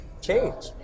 change